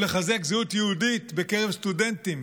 או לחזק זהות יהודית בקרב סטודנטים,